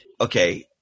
Okay